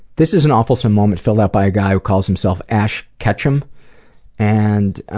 this is an awfulsome moment filled out by a guy who calls himself ash catch'm and